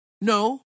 no